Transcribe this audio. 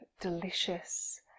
delicious